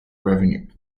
revenue